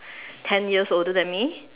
ten years older than me